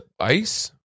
ice